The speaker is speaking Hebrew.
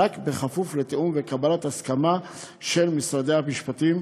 בכפוף לתיאום ולקבלת הסכמה של משרדי המשפטים,